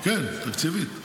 כן, תקציבית.